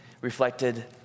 reflected